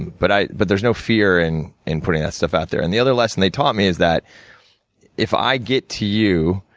but, i, but there's no fear and in putting that stuff out there. and, the other lesson they taught me, is that if i get to you,